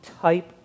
type